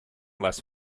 less